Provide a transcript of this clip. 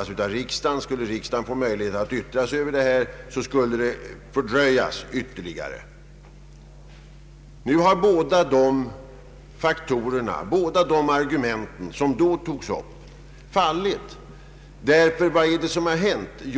om riksdagen skulle beredas möjlighet att yttra sig över frågan, skulle det medföra ytterligare fördröjning. Nu har båda dessa argument fallit. Vad är det som har hänt?